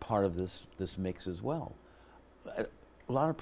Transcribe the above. part of this this makes as well a lot of